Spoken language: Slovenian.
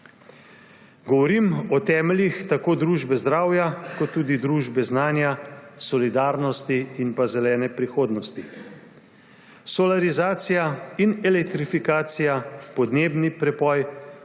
Govorim o temeljih tako družbe zdravja kot tudi družbe znanja, solidarnosti in zelene prihodnosti. Solarizacija in elektrifikacija, podnebni preboj,